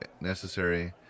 necessary